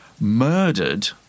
murdered